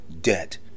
debt